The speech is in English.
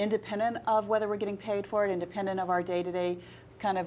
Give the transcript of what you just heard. independent of whether we're getting paid for it independent of our day to day kind of